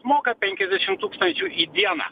moka penkiasdešimt tūkstančių į dieną